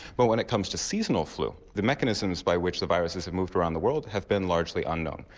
but when it comes to seasonal flu the mechanisms by which the viruses are moved around the world have been largely unknown.